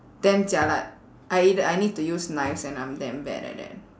damn jialat I either I need to use knives and I'm damn bad at that